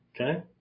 okay